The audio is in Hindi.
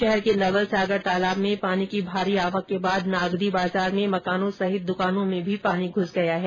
शहर के नवलसागर तालाब में पानी की भारी आवक के बाद नागदी बाजार में मकानों सहित दूकानों में भी पानी घूस गया है